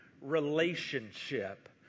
relationship